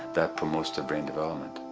that promotes their brain development.